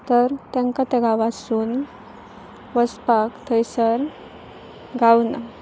तर तेंकां त्या गांवातसून वचपाक थंयसर गावना